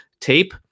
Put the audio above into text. tape